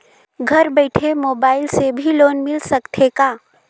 घर बइठे मोबाईल से भी लोन मिल सकथे का?